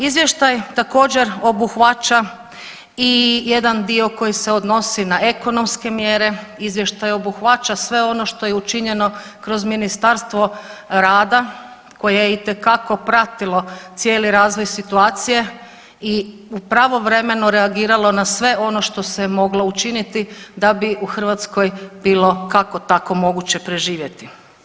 Izvještaj također obuhvaća i jedan dio koji se odnosi na ekonomske mjere, izvještaj obuhvaća sve ono što je učinjeno kroz Ministarstvo rada koje je itekako pratilo cijeli razvoj situacije i pravovremeno reagiralo na sve ono što se moglo učiniti da bi u Hrvatskoj bilo kako tako moguće preživjeti.